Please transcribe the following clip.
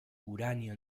uranio